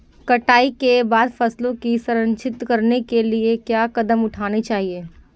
कटाई के बाद फसलों को संरक्षित करने के लिए क्या कदम उठाने चाहिए?